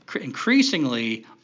increasingly